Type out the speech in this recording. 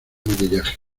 maquillaje